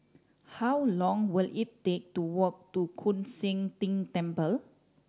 how long will it take to walk to Koon Seng Ting Temple